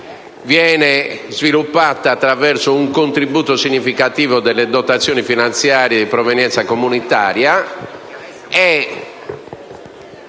viene sviluppata attraverso un contributo significativo delle dotazioni finanziarie di provenienza comunitaria